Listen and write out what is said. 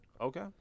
okay